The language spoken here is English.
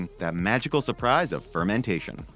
the magical surprise of fermentation!